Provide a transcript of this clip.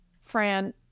Fran